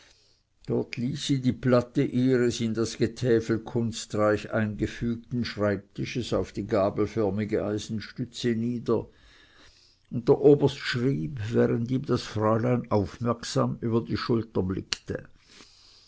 dort ließ sie die platte ihres in das getäfel kunstreich eingefügten schreibtisches auf die gabelförmige eisenstütze nieder und der oberst schrieb während ihm das fräulein aufmerksam über die schulter blickte